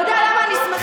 אתה יודע למה אני שמחה?